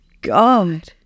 God